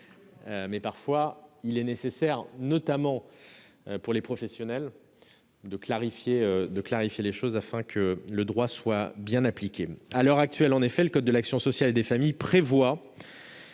est parfois nécessaire, notamment pour les professionnels, de clarifier les choses afin que le droit soit bien appliqué. À l'heure actuelle en effet, le code de l'action sociale et des familles prévoit